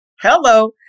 Hello